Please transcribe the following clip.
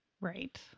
Right